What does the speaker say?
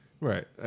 right